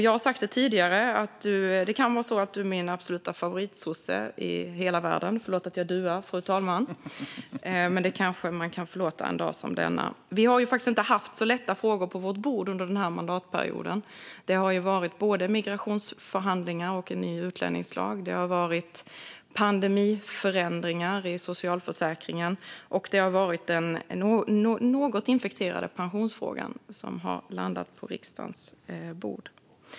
Jag har sagt det tidigare: Det kan vara så att du är min absoluta favoritsosse i hela världen. Förlåt att jag duar, fru talman, men det kanske man kan förlåta en dag som denna. Vi har faktiskt inte haft lätta frågor på vårt bord under denna mandatperiod. Det har varit både migrationsförhandlingar och en ny utlänningslag. Det har varit pandemiförändringar i socialförsäkringen, och det har varit den något infekterade pensionsfrågan. Detta har landat på riksdagens bord.